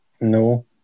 no